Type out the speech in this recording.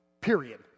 Period